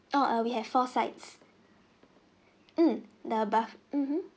uh err we have four sides mm the bath mmhmm